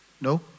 No